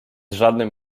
żadnym